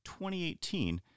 2018